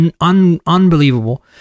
unbelievable